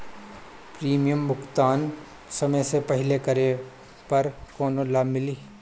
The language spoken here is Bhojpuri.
प्रीमियम भुगतान समय से पहिले करे पर कौनो लाभ मिली?